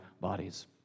bodies